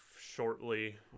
Shortly